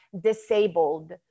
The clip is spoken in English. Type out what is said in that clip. disabled